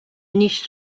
niche